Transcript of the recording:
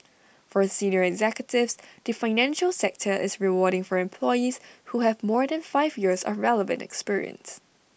for senior executives the financial sector is rewarding for employees who have more than five years of relevant experience